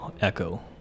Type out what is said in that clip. echo